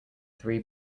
three